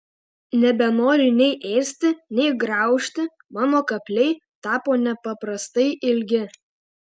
nebenoriu nei ėsti nei graužti mano kapliai tapo nepaprastai ilgi